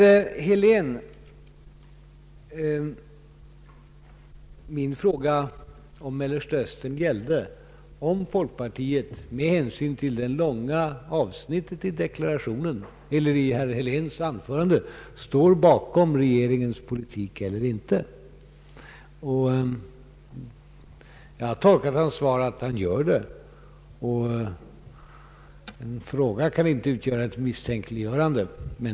Min fråga, herr Helén, om Mellersta Östern gällde om folkpartiet med hänsyn till det långa avsnittet i herr Heléns anförande står bakom regeringens politik eller inte. Jag har tolkat hans svar så, att han gör det. Min fråga kan inte utgöra ett misstänkliggörande.